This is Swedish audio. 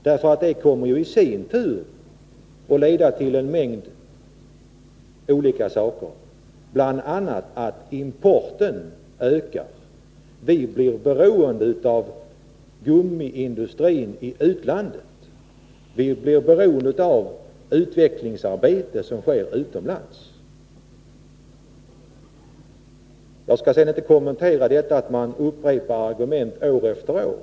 Denna utveckling kommer ju i sin tur att leda till en mängd olika saker, bl.a. till att importen ökar. Vi blir beroende av gummiindustrin i utlandet och det utvecklingsarbete som sker utomlands. Jag skall inte kommentera Karl Björzéns uttalande att vi upprepar argument år efter år.